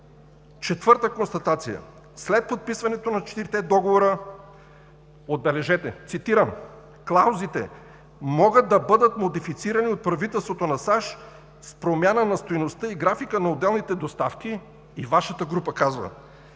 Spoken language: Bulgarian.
Четвърта констатация. След подписването на четирите договора, отбележете, цитирам: „Клаузите могат да бъдат модифицирани от правителството на САЩ с промяна на стойността и графика на отделните доставки“ и Вашата група казва: